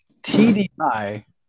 TDI